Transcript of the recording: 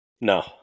no